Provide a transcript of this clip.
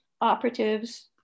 operatives